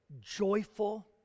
joyful